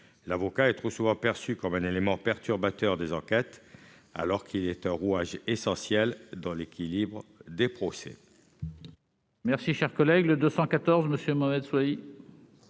L'avocat est trop souvent perçu comme un élément perturbateur des enquêtes alors qu'il est un rouage essentiel de l'équilibre des procès.